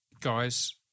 guys